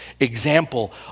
Example